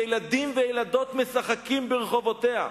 וילדים וילדות משחקים ברחובותיה.